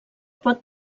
pot